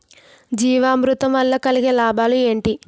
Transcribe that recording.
జీవామృతం వల్ల కలిగే లాభాలు ఏంటి?